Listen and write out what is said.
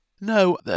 No